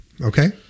okay